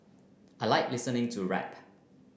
I like listening to rap